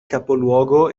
capoluogo